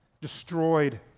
destroyed